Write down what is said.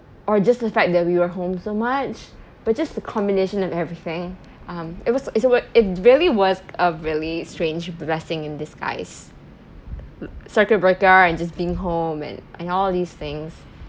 or just the fact that we were home so much but just the combination of everything um it was it's a~ it really was a really strange blessing in disguise circuit breaker and just being home and and all these things